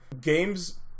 games